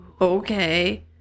Okay